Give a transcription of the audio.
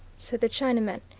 said the chinaman,